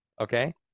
okay